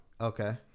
okay